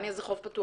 נתניה זה חוף פתוח.